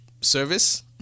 service